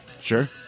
Sure